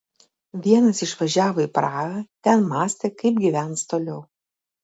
vienas išvažiavo į prahą ten mąstė kaip gyvens toliau